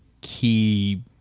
key